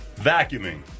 Vacuuming